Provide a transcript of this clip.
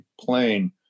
plane